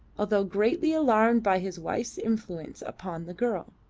although greatly alarmed by his wife's influence upon the girl.